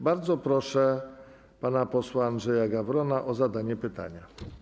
Bardzo proszę pana posła Andrzeja Gawrona o zadanie pytania.